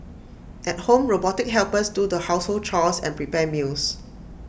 at home robotic helpers do the household chores and prepare meals